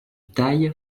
taille